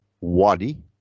Wadi